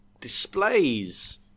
displays